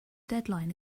deadline